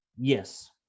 Yes